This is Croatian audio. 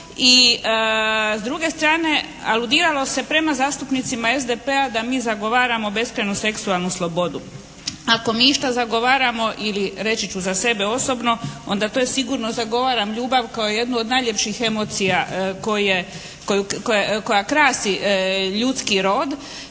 i s druge strane aludiralo se prema zastupnicima SDP-a da mi zagovaramo beskrajnu seksualnu slobodu. Ako ništa zagovaramo ili reći ću za sebe osobno, onda to sigurno zagovaram ljubav kao jednu od najljepših emocija koja krasi ljudski rod.